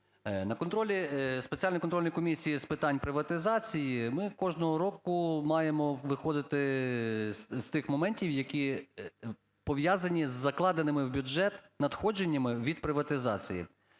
Спеціальної контрольної комісії з питань приватизації ми кожного року маємо виходити з тих моментів, які пов'язані з закладеними в бюджет надходженнями від приватизації.